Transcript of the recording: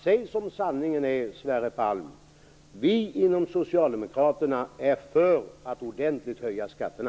Säg som sanningen är, Sverre Palm, att ni inom Socialdemokraterna är för att ordentligt höja skatterna!